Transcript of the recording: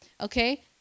okay